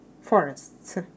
forests